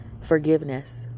Forgiveness